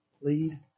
lead